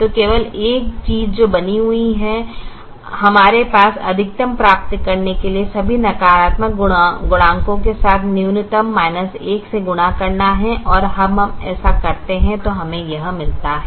तो केवल एक चीज जो बनी हुई है हमारे पास अधिकतम प्राप्त करने के लिए सभी नकारात्मक गुणांकों के साथ न्यूनतम 1 से गुणा करना है और जब हम ऐसा करते हैं तो हमें यह मिलता है